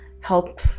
help